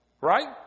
Right